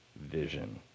vision